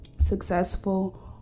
successful